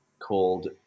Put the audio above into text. called